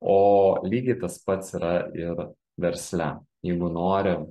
o lygiai tas pats yra ir versle jeigu nori